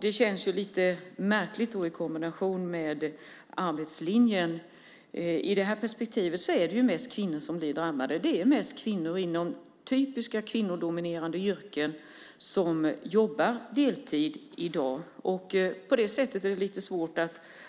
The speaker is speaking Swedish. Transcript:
Det känns lite märkligt i kombination med arbetslinjen. I det här perspektivet är det mest kvinnor som blir drabbade. Det är mest kvinnor inom typiskt kvinnodominerade yrken som jobbar deltid i dag. På det sättet är det lite svårt